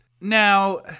Now